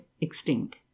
extinct